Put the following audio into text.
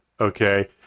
Okay